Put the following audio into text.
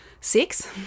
Six